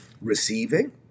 receiving